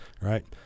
right